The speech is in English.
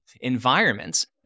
environments